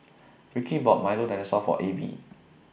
Ricky bought Milo Dinosaur For Ab